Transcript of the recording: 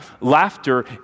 Laughter